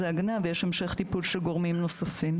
ההגנה ויש המשך טיפול של גורמים נוספים.